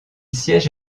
siège